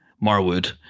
Marwood